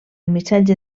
missatge